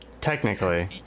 Technically